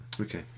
Okay